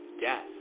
death